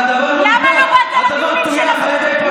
אבל הדבר טויח על ידי פוליטרוק,